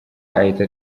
ahita